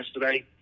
yesterday